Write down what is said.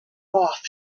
off